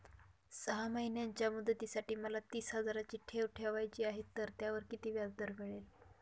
सहा महिन्यांच्या मुदतीसाठी मला तीस हजाराची ठेव ठेवायची आहे, तर त्यावर किती व्याजदर मिळेल?